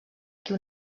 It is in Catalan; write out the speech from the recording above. qui